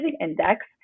index